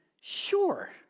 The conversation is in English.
sure